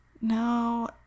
No